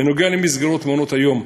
בנוגע למסגרות מעונות-היום,